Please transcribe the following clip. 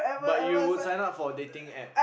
but you would sign up for a dating App